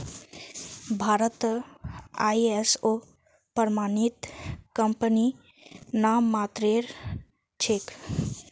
भारतत आई.एस.ओ प्रमाणित कंपनी नाममात्रेर छेक